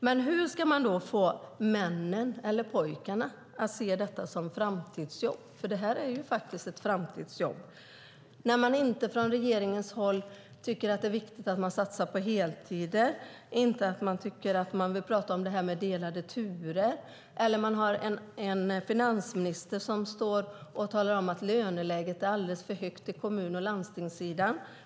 Men hur ska man då få männen eller pojkarna att se detta som ett framtidsjobb - det är ju faktiskt ett framtidsjobb - när regeringen inte tycker att det är viktigt att satsa på heltider, inte vill tala om detta med delade turer och har en finansminister som står och talar om att löneläget är alldeles för högt på kommun och landstingssidan.